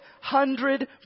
hundred